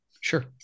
sure